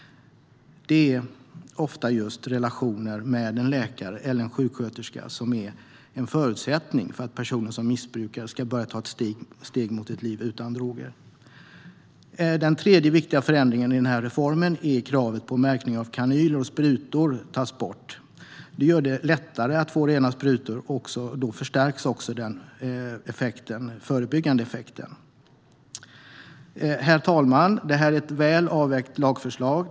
Ofta är just relationen med en läkare eller en sjuksköterska en förutsättning för att en person som missbrukar ska ta ett steg mot ett liv utan droger. Den tredje viktiga förändringen i denna reform är att kravet på märkning av kanyler och sprutor tas bort. Det gör det lättare att få rena sprutor, och då förstärks också den förebyggande effekten. Herr talman! Det är ett väl avvägt lagförslag.